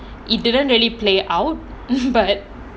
it didn't really play out but